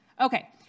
Okay